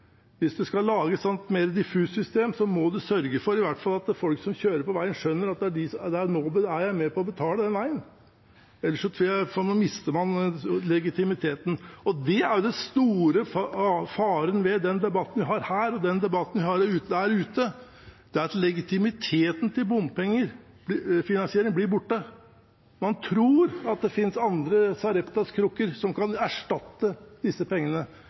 Hvis en skal lage et mer diffust system, må en i hvert fall sørge for at folk som kjører på veien, skjønner at nå er de med på å betale for veien, ellers mister man legitimiteten. Det er den store faren ved den debatten vi har her, og den debatten som er der ute: at legitimiteten til bompengefinansiering blir borte. Man tror at det finnes andre sareptaskrukker som kan erstatte disse pengene,